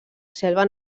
selva